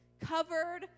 covered